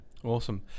Awesome